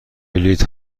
بلیط